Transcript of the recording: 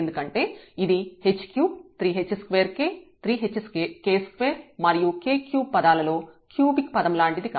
ఎందుకంటే ఇది h33 h2k 3hk2 మరియు k3 పదాలలో క్యూబిక్ పదం లాంటిది